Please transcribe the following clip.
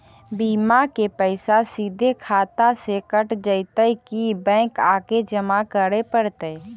बिमा के पैसा सिधे खाता से कट जितै कि बैंक आके जमा करे पड़तै?